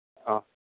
অ'